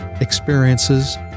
experiences